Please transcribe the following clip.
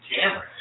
camera